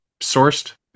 sourced